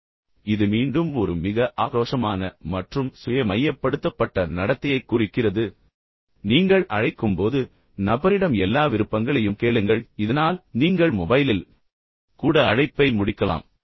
எனவே இது மீண்டும் ஒரு மிக ஆக்ரோஷமான மற்றும் சுய மையப்படுத்தப்பட்ட நடத்தையைக் குறிக்கிறது முக்கியமான விஷயங்களைக் குறிப்பிடவும் நீங்கள் அழைக்கும் போது நபரிடம் எல்லா விருப்பங்களையும் கேளுங்கள் இதனால் நீங்கள் மொபைலில் கூட அழைப்பை முடிக்கலாம்